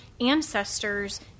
ancestors